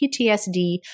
PTSD